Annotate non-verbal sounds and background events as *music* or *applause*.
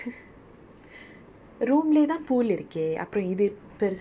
for the entire resort if you want you can come and I'm just like அது எதுக்கு:athu ethukku *laughs*